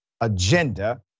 agenda